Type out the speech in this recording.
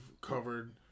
covered